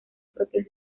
propios